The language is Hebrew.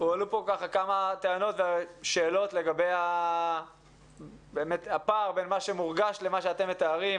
הועלו פה כמה טענות ושאלות לגבי הפער בין מה שמורגש למה שאתם מתארים,